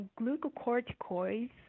Glucocorticoids